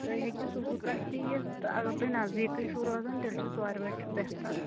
تُہۍ ہیٚکِو صُبحہُ پیٚٹھ تہِ یِتھ تہٕ اگر تُہۍ نزدیٖکے چھِو روزان تیٚلہِ چھ ژور بج چھُ بہتر